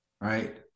right